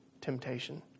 temptation